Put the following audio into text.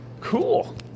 Cool